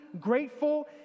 grateful